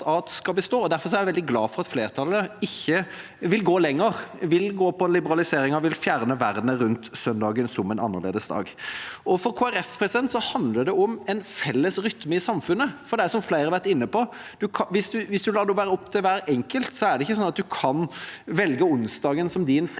Derfor er jeg veldig glad for at flertallet ikke vil gå lenger, ikke vil gå for liberaliseringen og fjerne vernet rundt søndagen som en annerledesdag. For Kristelig Folkeparti handler det om en felles rytme i samfunnet, for – som flere har vært inne på – hvis en lar det være opp til hver enkelt, er det ikke slik at en kan velge onsdagen som sin fridag